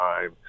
time